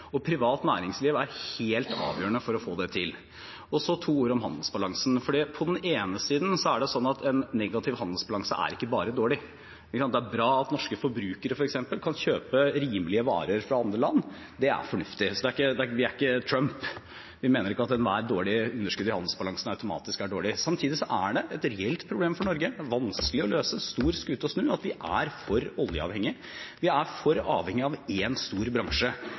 og privat næringsliv er helt avgjørende for å få det til. Så to ord om handelsbalansen. På den ene siden er det sånn at en negativ handelsbalanse ikke er bare dårlig. Det er f.eks. bra at norske forbrukere kan kjøpe rimelige varer fra andre land. Det er fornuftig. Så vi er ikke Trump, vi mener ikke at ethvert dårlig underskudd i handelsbalansen automatisk er dårlig. Samtidig er det et reelt problem for Norge – vanskelig å løse – stor skute å snu, at vi er for oljeavhengig. Vi er for avhengig av én stor bransje.